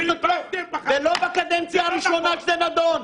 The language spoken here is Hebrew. זאת לא הקדנציה הראשונה שזה נדון.